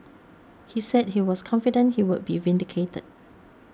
he said he was confident he would be vindicated